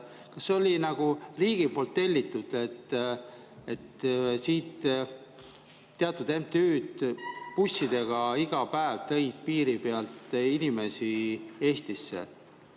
Kas see oli riigi poolt tellitud, et siit teatud MTÜ-d bussidega iga päev tõid piiri pealt inimesi Eestisse,